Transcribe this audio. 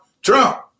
Trump